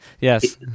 yes